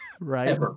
Right